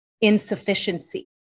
insufficiency